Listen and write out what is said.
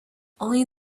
only